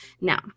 Now